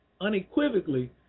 unequivocally